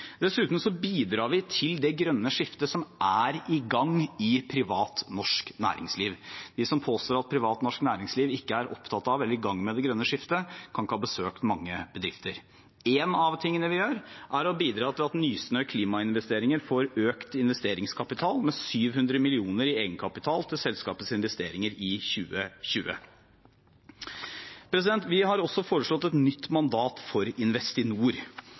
Dessuten bidrar vi til det grønne skiftet, som er i gang i privat norsk næringsliv. De som påstår at privat norsk næringsliv ikke er opptatt av eller i gang med det grønne skiftet, kan ikke ha besøkt mange bedrifter. En av tingene vi gjør, er å bidra til at Nysnø klimainvesteringer får økt investeringskapital, med 700 mill. kr i egenkapital til selskapets investeringer i 2020. Vi har også foreslått et nytt mandat for Investinor.